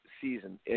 season